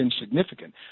insignificant